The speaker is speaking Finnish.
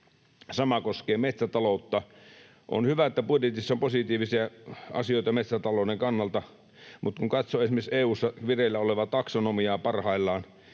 Sama koskee metsätaloutta. On hyvä, että budjetissa on positiivisia asioita metsätalouden kannalta. Mutta kun katsoo esimerkiksi EU:ssa parhaillaan